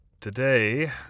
today